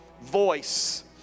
voice